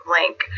link